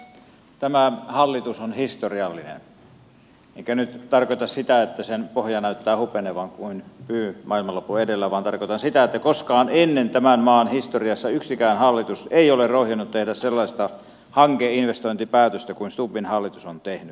tämä hallitus on historiallinen enkä nyt tarkoita sitä että sen pohja näyttää hupenevan kuin pyy maailmanlopun edellä vaan tarkoitan sitä että koskaan ennen tämän maan historiassa yksikään hallitus ei ole rohjennut tehdä sellaista hankeinvestointipäätöstä kuin stubbin hallitus on tehnyt